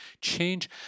change